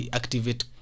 activate